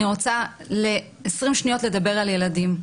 ואני רוצה 20 שניות לדבר על ילדים: